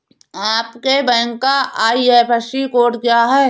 आपके बैंक का IFSC code क्या है?